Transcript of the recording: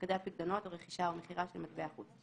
הפקדת פיקדונות או רכישה או מכירה של מטבע חוץ,